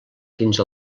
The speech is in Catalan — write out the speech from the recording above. fins